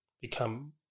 become